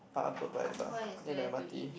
Upper-Paya-Lebar near the M_R_T